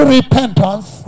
repentance